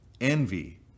envy